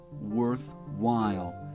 worthwhile